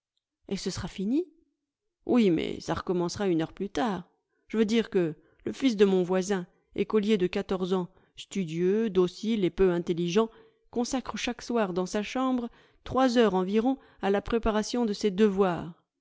et ce sera fini oui mais ça recommencera une heure plus tard je veux dire que le fils de mon voisin écolier de quatorze ans studieux docile et peu intelligent consacre chaque soir dans sa chambre trois heures environ à la préparation de ses devoirs